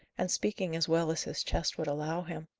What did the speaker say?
and speaking as well as his chest would allow him,